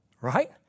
Right